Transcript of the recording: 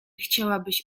chciałabyś